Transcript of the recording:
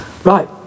Right